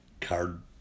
card